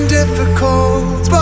difficult